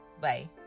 Bye